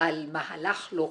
על מהלך לא חוקי,